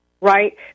Right